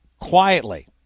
quietly